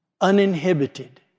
uninhibited